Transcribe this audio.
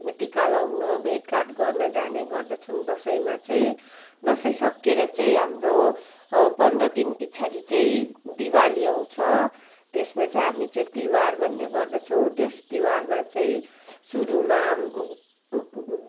टिका लाउन भेटघाट गर्न जाने गर्दछन् दसैँमा चाहिँ दसैँ सकेर चाहिँ हाम्रो पन्ध्र दिन पछाडि चाहिँ दिवाली आउँछ त्यसमा चाहिँ हामी चाहिँ तिहार भन्ने गर्दछौँ त्यस तिहारमा चाहिँ सुरुमा कु कु